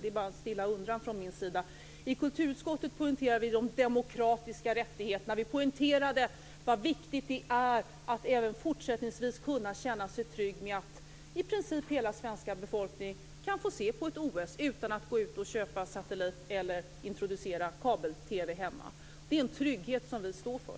Det är bara en stilla undran från min sida. I kulturutskottet poängterade vi de demokratiska rättigheterna. Vi poängterade hur viktigt det är att man även fortsättningsvis skall kunna känna sig trygg för att i princip hela svenska befolkningen kan få se på ett OS utan satellit och utan att introducera kabel TV hemma. Det är en trygghet som vi står för.